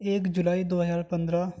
ایک جولائی دو ہزار پندرہ